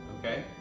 okay